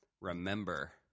Remember